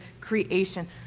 creation